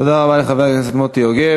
תודה רבה לחבר הכנסת מוטי יוגב.